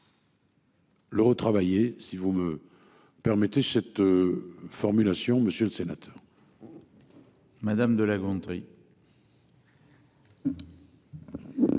Le retravailler si vous me. Permettez cette. Formulation monsieur le sénateur. Madame de La Gontrie.